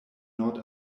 nord